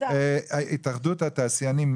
התאחדות התעשיינים,